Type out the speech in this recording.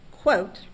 quote